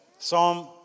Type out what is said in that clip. Psalm